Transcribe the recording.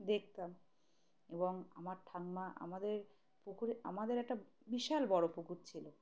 দেখতাম এবং আমার ঠাকুমা আমাদের পুকুরে আমাদের একটা বিশাল বড়ো পুকুর ছিলো